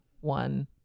one